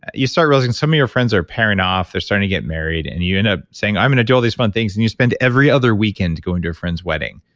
you start realizing some of your friends are pairing off. they're starting to get married and you end up saying, i'm going to do all these fun things and you spend every other weekend going to a friend's wedding.